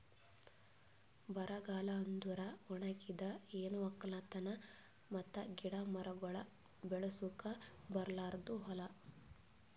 ಬರಗಾಲ ಅಂದುರ್ ಒಣಗಿದ್, ಏನು ಒಕ್ಕಲತನ ಮತ್ತ ಗಿಡ ಮರಗೊಳ್ ಬೆಳಸುಕ್ ಬರಲಾರ್ದು ಹೂಲಾ